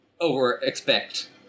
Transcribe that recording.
over-expect